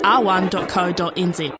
r1.co.nz